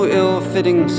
ill-fitting